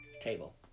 table